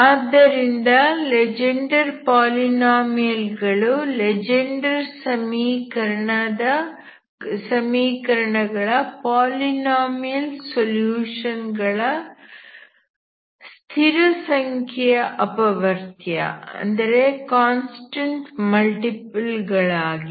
ಆದ್ದರಿಂದ Legendre polynomial ಗಳು Legendre ಸಮೀಕರಣ ಗಳ ಪಾಲಿನಾಮಿಯಲ್ ಸೊಲ್ಯೂಷನ್ ಗಳ ಸ್ಥಿರಸಂಖ್ಯೆಯ ಅಪವರ್ತ್ಯ ಗಳಾಗಿವೆ